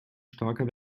starker